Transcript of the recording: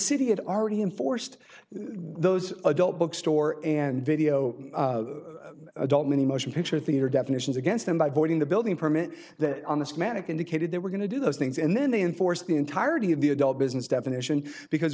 city had already enforced those adult bookstore and video adult many motion picture theater definitions against them by voiding the building permit that on the schematic indicated they were going to do those things and then they enforce the entirety of the adult business definition because